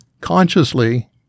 consciously